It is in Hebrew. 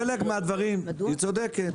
בחלק מהדברים היא צודקת.